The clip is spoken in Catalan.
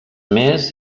més